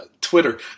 Twitter